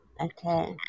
okay